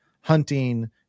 hunting